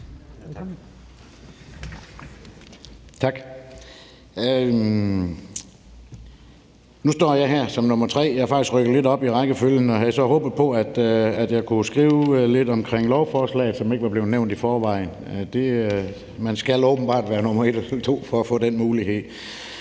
Nu står jeg her som nummer tre – jeg er faktisk rykket lidt op i rækkefølgen – og havde så håbet på, at jeg kunne sige lidt om lovforslaget, som ikke var blevet nævnt i forvejen. Man skal åbenbart være nummer et eller to for at få den mulighed.